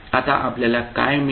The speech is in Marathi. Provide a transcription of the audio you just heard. आता आपल्याला काय मिळेल